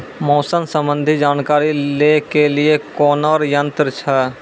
मौसम संबंधी जानकारी ले के लिए कोनोर यन्त्र छ?